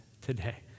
today